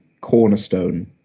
cornerstone